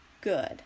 good